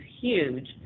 huge